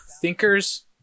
thinkers